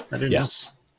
Yes